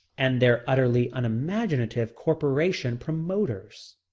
and their utterly unimaginative corporation promoters.